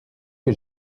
que